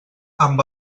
amb